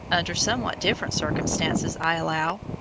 under somewhat different circumstances i allow,